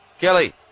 Kelly